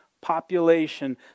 population